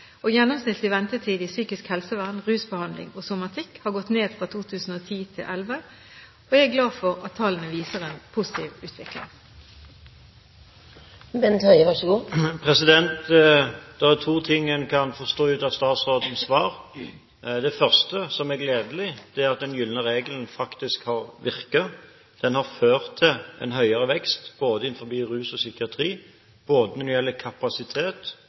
Gjennomsnittlig ventetid i psykisk helsevern, rusbehandling og somatikk har gått ned fra 2010 til 2011, og jeg er glad for at tallene viser en positiv utvikling. Det er to ting en kan forstå ut fra statsrådens svar. Det første, som er gledelig, er at den gylne regelen faktisk har virket; den har ført til en høyere vekst både innen rus og psykiatri, og både når det gjelder kapasitet